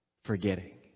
forgetting